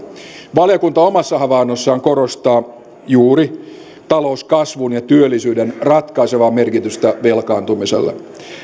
valiokunta omassa havainnossaan korostaa juuri talouskasvun ja työllisyyden ratkaisevaa merkitystä velkaantumiselle